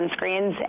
sunscreens